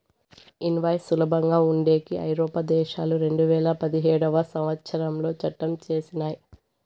invoice సులభంగా ఉండేకి ఐరోపా దేశాలు రెండువేల పదిహేడవ సంవచ్చరంలో చట్టం చేసినయ్